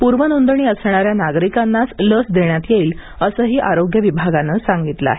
पूर्वनोंदणी असणाऱ्या नागरिकांनाच लस देण्यात येईल असंही आरोग्य विभागाने सांगितलं आहे